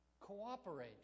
Cooperate